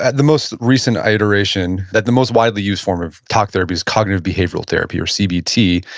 and the most recent iteration, that the most widely used form of talk therapy is cognitive behavioral therapy or cbt.